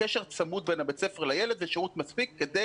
קשר צמוד בין בית הספר לילד ושירות מספיק כדי